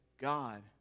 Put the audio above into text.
God